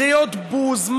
קריאות בוז.